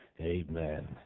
Amen